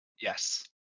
Yes